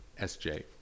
SJ